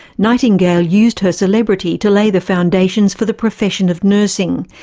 nightingale used her celebrity to lay the foundations for the profession of nursing.